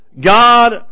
God